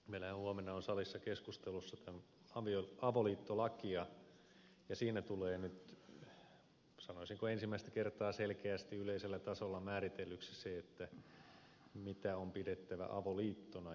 meillähän huomenna on salissa keskustelussa avoliittolaki ja siinä tulee nyt sanoisinko ensimmäistä kertaa selkeästi yleisellä tasolla määritellyksi se mitä on pidettävä avoliittona